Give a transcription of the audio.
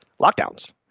lockdowns